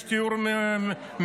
יש תיאור מדויק,